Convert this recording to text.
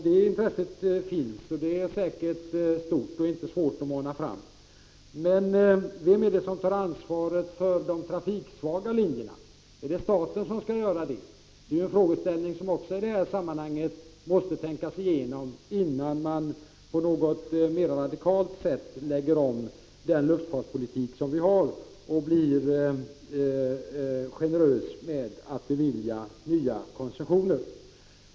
Det intresset finns, och det är säkert stort och inte svårt att mana fram. Men vem är det som tar ansvaret för de trafiksvaga linjerna? Är det staten som skall göra det? Detta är en fråga som man i det här sammanhanget måste tänka igenom innan man på något mera radikalt sätt lägger om den luftfartspolitik som vi har och blir generös med att bevilja nya koncessioner.